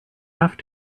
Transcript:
have